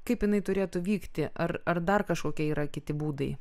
kaip jinai turėtų vykti ar ar dar kažkokie yra kiti būdai